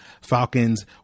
Falcons